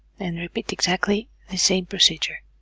then repeat exactly the same procedure